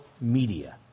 media